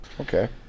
okay